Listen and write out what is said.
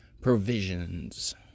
provisions